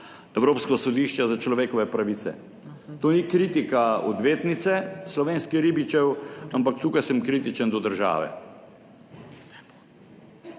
Evropsko sodišče za človekove pravice. To ni kritika odvetnice slovenskih ribičev, ampak tukaj sem kritičen do države.